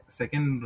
second